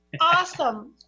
awesome